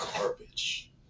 garbage